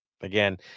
again